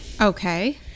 okay